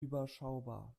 überschaubar